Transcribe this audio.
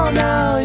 now